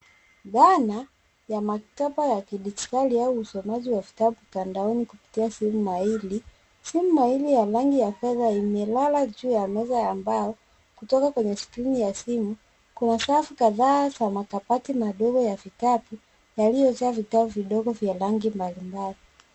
Dhana ya maktaba ya kidijitali au usomaji wa vitabu mtandoni kupitia simu aili. Simu aili ya rangi ya fedha imelala juu ya meza ya mbao, kutoka kwenye skrini ya simu kuna safu kadhaa za makabati madogo ya vitabu yaliyojaa vitabu vidogo vya rangi mbalimbali.